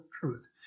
truth